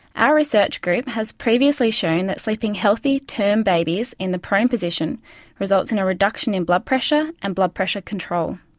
our research group has previously shown that sleeping healthy term babies in the prone position results in a reduction in blood pressure and blood pressure control.